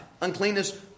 Uncleanness